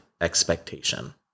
expectation